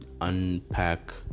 unpack